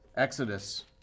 Exodus